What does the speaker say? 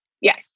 Yes